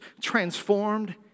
transformed